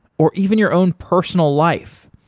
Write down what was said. or even your own personal life.